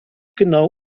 genau